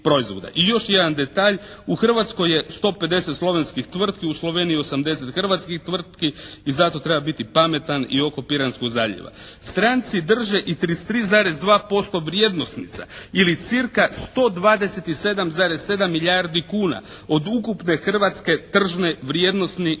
I još jedan detalj. U Hrvatskoj je 150 slovenskih tvrtki. U Sloveniji 80 hrvatskih tvrtki i zato treba biti pametan i oko Piranskog zaljeva. Stranci drže i 33,2% vrijednosnica ili cirka 127,7 milijardi kuna od ukupne hrvatske tržne vrijednosti